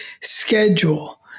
schedule